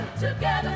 Together